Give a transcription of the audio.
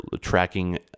tracking